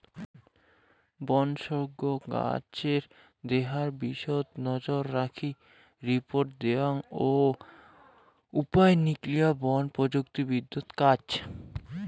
বনের সউগ্ গছের দেহার বিষয়ত নজররাখি রিপোর্ট দ্যাওয়াং ও উপায় নিকলা বন প্রযুক্তিবিদত কাজ